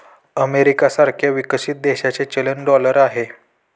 America सारख्या विकसित देशाचे चलन डॉलर आहे